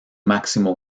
máximo